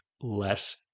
less